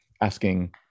asking